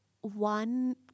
one